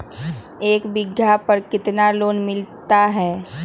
एक बीघा पर कितना लोन मिलता है?